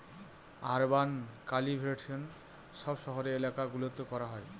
urban cultivation সব শহরের এলাকা গুলোতে করা হয়